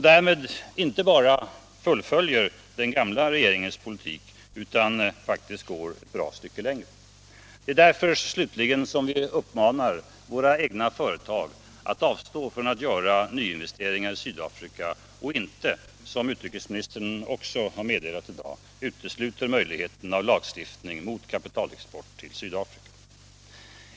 Vi inte bara fullföljer den gamla regeringens politik utan går faktiskt ett bra stycke längre. Det är därför slutligen som vi uppmanar våra egna företag att avstå från att göra nyinvesteringar i Sydafrika och inte utesluter möjligheten av lagstiftning mot kapitalexport till Sydafrika.